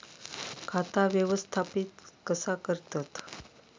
खाता व्यवस्थापित कसा करतत?